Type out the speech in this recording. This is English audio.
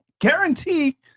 Guarantee